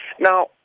Now